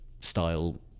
style